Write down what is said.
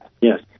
Yes